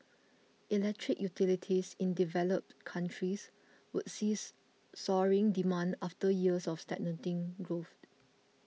Electric Utilities in developed countries would sees soaring demand after years of stagnating growth